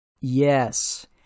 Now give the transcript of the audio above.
Yes